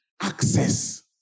access